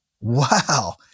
Wow